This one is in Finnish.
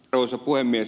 arvoisa puhemies